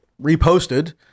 reposted